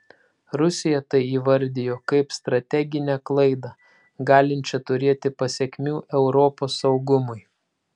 rusija tai įvardijo kaip strateginę klaidą galinčią turėti pasekmių europos saugumui